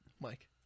Mike